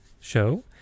show